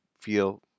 feel